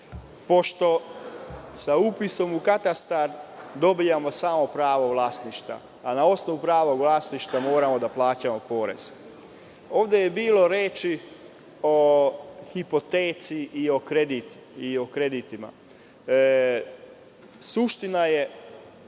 Sa upisom u katastar dobijamo samo pravo vlasništva, a na osnovu prava u vlasništva moramo da plaćamo porez. Ovde je bilo reči o hipoteci i o kreditima. Suština je